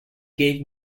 gave